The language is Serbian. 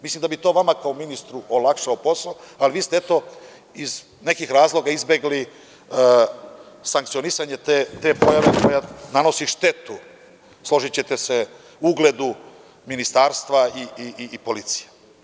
Mislim da bi to vama kao ministru olakšalo posao, a vi ste eto, iz nekih razloga izbegli sankcionisanje te pojave koja nanosi štetu, složićete se ugledu Ministarstva i policije.